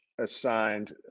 assigned